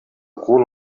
cul